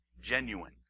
genuine